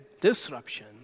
disruption